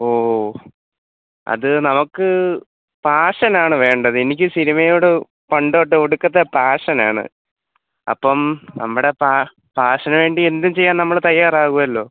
ഓ അത് നമുക്ക് പാഷനാണ് വേണ്ടത് എനിക്ക് സിനിമയോട് പണ്ട് തൊട്ടെ ഒടുക്കത്തെ പാഷനാണ് അപ്പം നമ്മുടെ പാഷന് വേണ്ടി എന്തും ചെയ്യാൻ നമ്മൾ തയാറാവുമല്ലോ